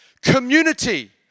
community